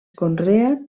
conrea